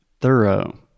thorough